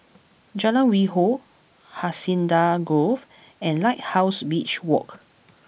Jalan Hwi Yoh Hacienda Grove and Lighthouse Beach Walk